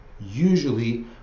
Usually